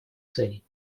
целей